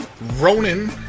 Ronan